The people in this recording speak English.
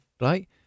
right